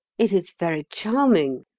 it is very charming,